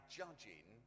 judging